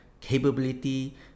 capability